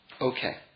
Okay